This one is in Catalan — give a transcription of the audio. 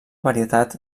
varietat